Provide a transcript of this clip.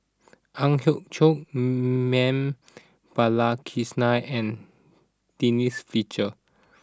Ang Hiong Chiok Ma'am Balakrishnan and Denise Fletcher